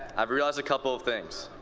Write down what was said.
i realized a couple things.